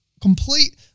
complete